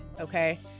okay